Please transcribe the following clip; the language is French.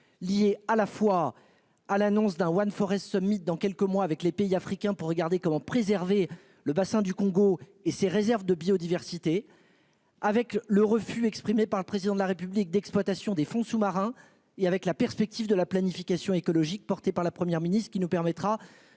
lié à la fois à l'annonce d'un One Forest Summit dans quelques mois avec les pays africains pour regarder comment préserver le bassin du Congo et ses réserves de biodiversité. Avec le refus exprimé par le président de la République d'exploitation des fonds sous-marins et avec la perspective de la planification écologique, porté par la Première ministre qui nous permettra